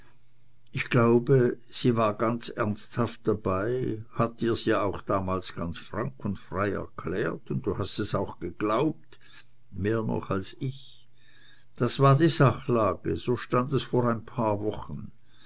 ich glaube sie war ganz ernsthaft dabei hat dir's ja auch damals ganz frank und frei erklärt und du hast es auch geglaubt mehr noch als ich das war die sachlage so stand es vor ein paar wochen